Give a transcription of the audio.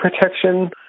protection